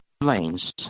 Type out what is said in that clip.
lanes